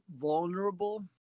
vulnerable